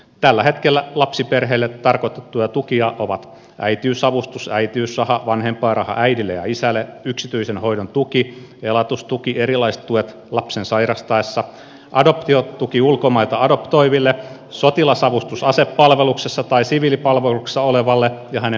tällä hetkellä lapsiperheille tarkoitettuja tukia ovat äitiysavustus äitiysraha vanhempainraha äidille ja isälle yksityisen hoidon tuki elatustuki erilaiset tuet lapsen sairastaessa adoptiotuki ulkomailta adoptoiville sotilasavustus asepalveluksessa tai siviilipalveluksessa olevalle ja hänen perheelleen